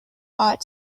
ought